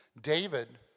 David